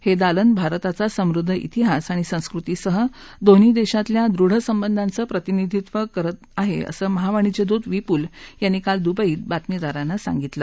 हे दालन भारताचा समृद्ध तिहास आणि संस्कृतीसह दोन्ही देशातल्या दृढ संबंधांचे प्रतिनिधीत्व करतं असं महावाणिज्यदूत विपुल यांनी काल दुबईत बातमीदारांना सांगितलं